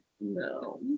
No